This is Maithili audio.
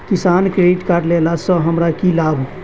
किसान क्रेडिट कार्ड लेला सऽ हमरा की लाभ?